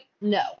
No